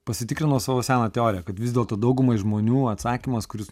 pasitikrinau savo seną teoriją kad vis dėlto daugumai žmonių atsakymas kuris